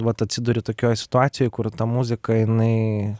vat atsiduri tokioj situacijoj kur ta muzika jinai